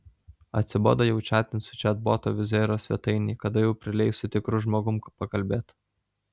atsibodo jau čatint su čatbotu wizzairo svetainėj kada jau prileis su tikru žmogum pakalbėt